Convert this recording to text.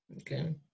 Okay